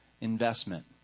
investment